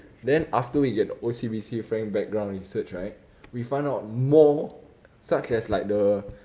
then after we get the O_C_B_C frank background research right we find out more such as like the